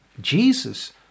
Jesus